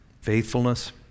faithfulness